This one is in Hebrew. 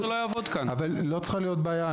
לא צריכה להיות בעיה.